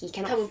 he cannot